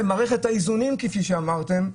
או את מערכת האיזונים כפי שאמרתם,